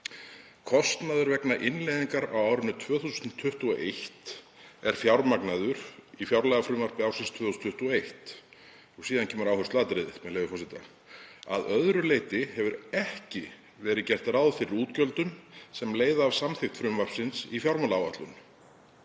„Kostnaður vegna innleiðingar á árinu 2021 er fjármagnaður í fjárlagafrumvarpi ársins 2021.“ Og síðan kemur áhersluatriðið, með leyfi forseta: „Að öðru leyti hefur ekki verið gert ráð fyrir útgjöldum sem leiða af samþykkt frumvarpsins í fjármálaáætlun.“